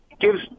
gives